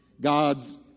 God's